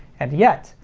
and yet,